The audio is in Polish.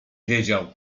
wiedział